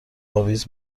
اویز